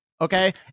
okay